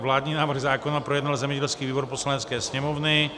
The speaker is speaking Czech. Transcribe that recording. Vládní návrh zákona projednal zemědělský výbor Poslanecké sněmovny.